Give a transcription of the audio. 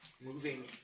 moving